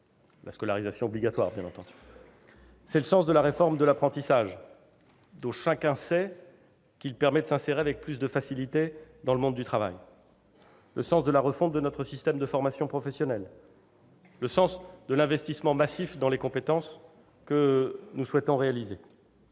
mesure républicaine. C'est le sens de la réforme de l'apprentissage, dont chacun sait qu'il permet de s'insérer avec plus de facilité dans le monde du travail. C'est le sens de la refonte de notre système de formation professionnelle, le sens de l'investissement massif dans les compétences que nous souhaitons réaliser.